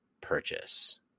purchase